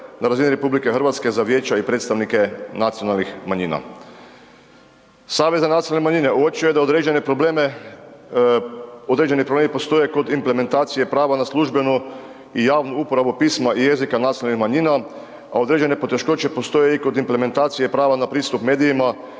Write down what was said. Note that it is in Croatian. na razini RH za vijeća i predstavnike nacionalnih manjina. Savez za nacionalne manjine uočio je da određene problemi postoji kod implementacije prava na službenu i javnu uporabu pisma i jezika nacionalnih manjina a određene poteškoće postoje i kod implementacije prava na pristup medijima